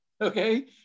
Okay